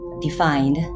defined